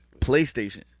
PlayStation